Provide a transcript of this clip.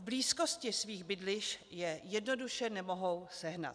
V blízkosti svých bydlišť je jednoduše nemohou sehnat.